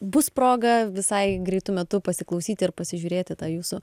bus proga visai greitu metu pasiklausyti ir pasižiūrėti tą jūsų